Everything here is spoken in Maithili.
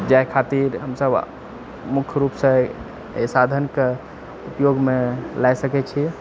जाइ खातिर हमसब मुख्यरूपसँ एहि साधनके उपयोगमे लए सकए छिए